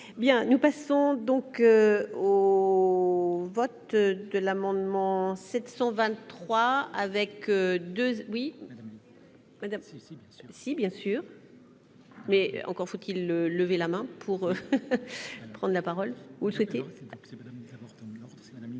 Bien nous passons donc au vote de l'amendement 723 avec 2 oui. Madame si bien sûr, si bien sûr. Mais encore faut-il lever la main pour prendre la parole, ou vous souhaitez.